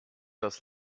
das